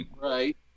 Right